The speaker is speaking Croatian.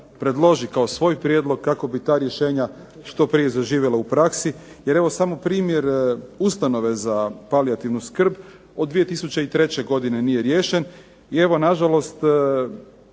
predloži kao svoj prijedlog kako bi ta rješenja što prije zaživjela u praksi. Jer evo samo primjer ustanove za palijativnu skrb od 2003. nije riješen. I evo nažalost,